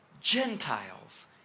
Gentiles